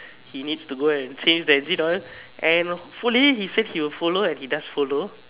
he needs to go and change the engine oil and fully he says he will follow and he just follow